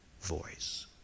voice